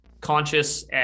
conscious